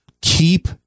keep